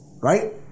right